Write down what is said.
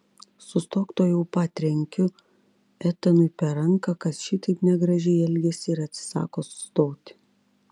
sustok tuojau pat trenkiu etanui per ranką kad šitaip negražiai elgiasi ir atsisako sustoti